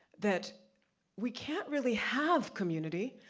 that we can't really have community,